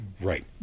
Right